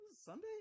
Sunday